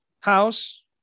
house